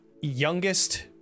youngest